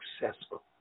successful